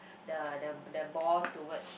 the the the ball towards